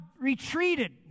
retreated